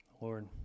Lord